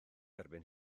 erbyn